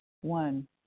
One